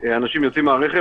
התוכנית יכולה להיכתב מראש.